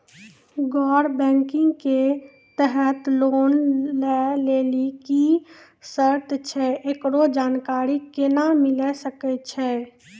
गैर बैंकिंग के तहत लोन लए लेली की सर्त छै, एकरो जानकारी केना मिले सकय छै?